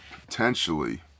Potentially